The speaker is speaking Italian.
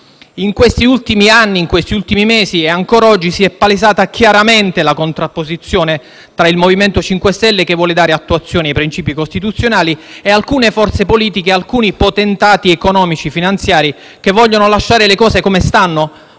In questi ultimi anni e mesi, e ancora oggi, si è palesata chiaramente la contrapposizione tra il MoVimento 5 Stelle, che vuole dare attuazione ai princìpi costituzionali, e alcune forze politiche e alcuni potentati economico-finanziari, che vogliono lasciare le cose come stanno,